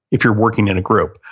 if you're working in a group,